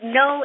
no